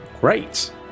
Great